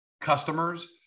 customers